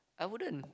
I wouldn't